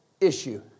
issue